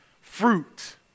fruit